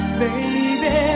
baby